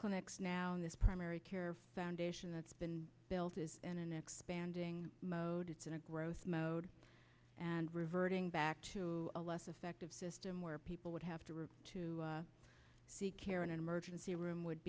clinics now in this primary care foundation that's been built is in an expanding mode it's in a growth mode and reverting back to a less effective system where people would have to route to seek care in an emergency room would